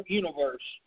universe